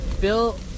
Bill